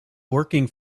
working